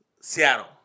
Seattle